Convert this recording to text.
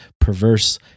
perverse